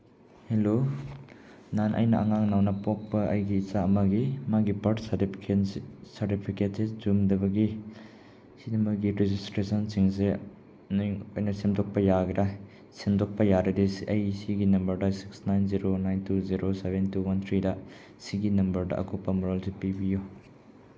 hello ꯅꯍꯥꯟ ꯑꯩꯅ ꯑꯉꯥꯡ ꯅꯧꯅ ꯄꯣꯛꯄ ꯑꯩꯒꯤ ꯏꯆꯥ ꯑꯃꯒꯤ ꯃꯥꯒꯤ ꯕꯥꯔꯠ ꯁꯥꯔꯇꯤꯐꯤꯀꯦꯠꯁꯦ ꯆꯨꯝꯗꯕꯒꯤ ꯁꯤꯗ ꯃꯣꯏꯒꯤ ꯔꯦꯖꯤꯁꯇ꯭ꯔꯦꯁꯟꯁꯤꯡꯁꯦ ꯅꯣꯏ ꯑꯣꯏꯅ ꯁꯦꯝꯗꯣꯛꯄ ꯌꯥꯒꯗ꯭ꯔꯥ ꯁꯦꯝꯗꯣꯛꯄ ꯌꯥꯗ꯭ꯔꯗꯤ ꯑꯩ ꯁꯤꯒꯤ ꯅꯝꯕꯔꯗ six nine zero nine two zero seven two one ꯊ꯭ꯔꯤꯗ ꯁꯤꯒꯤ ꯅꯝꯕꯔꯗ ꯑꯀꯨꯞꯄ ꯃꯔꯣꯜꯗꯨ ꯄꯤꯕꯤꯌꯨ